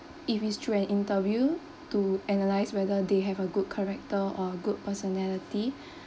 if it's through an interview to analyse whether they have a good character or good personality